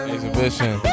Exhibition